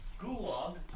Gulag